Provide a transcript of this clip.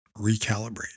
recalibrate